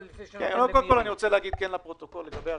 לגבי הרביזיה,